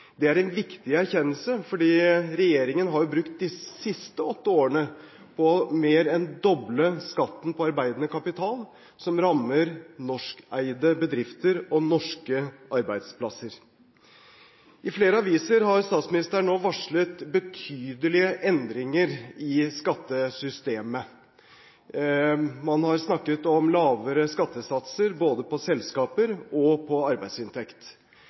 Det er en viktig erkjennelse, fordi regjeringen har brukt de siste åtte årene på mer enn å doble skatten på arbeidende kapital, som rammer norskeide bedrifter og norske arbeidsplasser. I flere aviser har statsministeren nå varslet betydelige endringer i skattesystemet. Man har snakket om lavere skattesatser både på selskaper og på arbeidsinntekt.